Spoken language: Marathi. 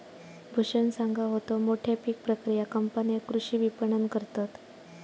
भूषण सांगा होतो, मोठ्या पीक प्रक्रिया कंपन्या कृषी विपणन करतत